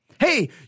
Hey